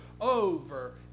over